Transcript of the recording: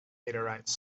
meteorites